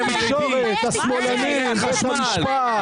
התקשורת, השמאלנים, בית המשפט.